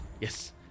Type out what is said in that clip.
Yes